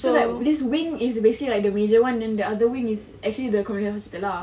so like east wing is basically like the major [one] and the other wing is actually the community hospital lah